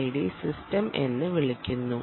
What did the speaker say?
I D system എന്ന് വിളിക്കുന്നു